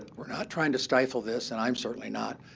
we're not trying to stifle this, and i'm certainly not.